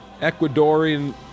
Ecuadorian